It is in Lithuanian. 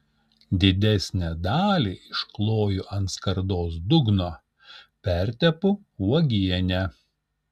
didesnę dalį iškloju ant skardos dugno pertepu uogiene